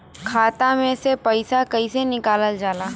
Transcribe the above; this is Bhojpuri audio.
खाता से पैसा कइसे निकालल जाला?